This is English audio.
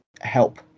help